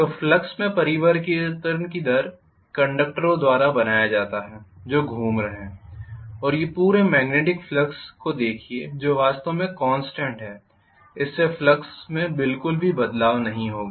तो फ्लक्स में परिवर्तन की दर कंडक्टरों द्वारा बनाया जाता है जो घुम रहे हैं और ये पूरे मॅग्नेटिक फ्लक्स को देखिए जो वास्तव में कॉन्स्टेंट है इससे फ्लक्स में बिल्कुल भी बदलाव नहीं होगा